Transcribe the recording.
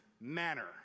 manner